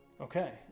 Okay